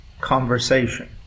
conversation